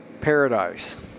paradise